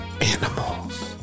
animals